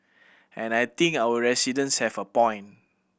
and I think our residents have a point